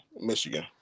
Michigan